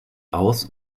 aus